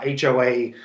HOA